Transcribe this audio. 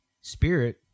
Spirit